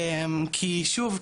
כי שוב,